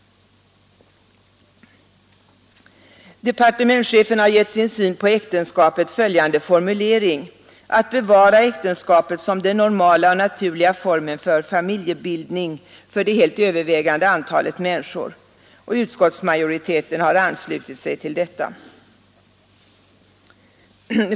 Departementschefen har givit sin syn på äktenskapet följande formulering: ”Att bevara äktenskapet som den normala och naturliga formen för familjebildning för de helt övervägande antalet människor.” Utskottsmajoriteten har anslutit sig till detta.